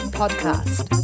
podcast